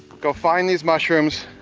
go find these mushrooms,